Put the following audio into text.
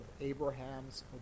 Abraham's